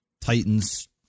Titans